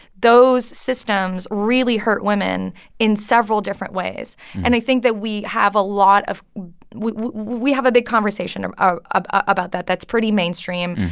those systems really hurt women in several different ways and i think that we have a lot of we we have a big conversation ah ah about that that's pretty mainstream.